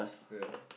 ya